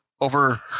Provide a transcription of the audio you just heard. over